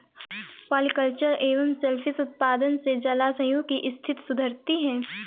polyculture एवं cell fish उत्पादन से जलाशयों की स्थिति सुधरती है